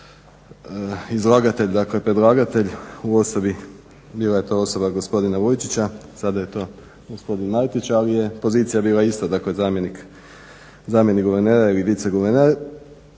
izlagatelj, dakle predlagatelj u osobi, bila je to osoba gospodina Vujčića, sada je to gospodin Martić ali je pozicija bila ista, dakle zamjenik guvernera ili viceguverner.